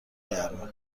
گرمه